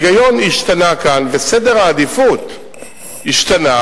ההיגיון השתנה כאן וסדר העדיפויות השתנה,